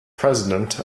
president